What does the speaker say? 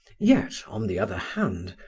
yet, on the other hand,